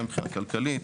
גם מבחינה כלכלית.